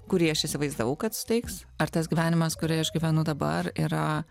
kurį aš įsivaizdavau kad suteiks ar tas gyvenimas kurį aš gyvenu dabar yra